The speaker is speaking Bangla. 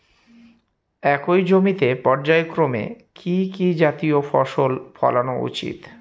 একই জমিতে পর্যায়ক্রমে কি কি জাতীয় ফসল ফলানো উচিৎ?